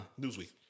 Newsweek